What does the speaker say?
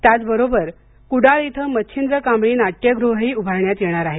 त्याचबरोबर कुडाळ इथं मच्छिंद्र कांबळी नाट्यगृहही उभारण्यात येणार आहे